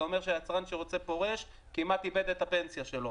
זה אומר שהיצרן שרוצה לפרוש כמעט איבד את הפנסיה שלו.